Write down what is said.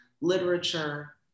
literature